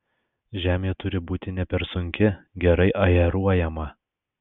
žemė turi būti ne per sunki gerai aeruojama